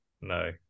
No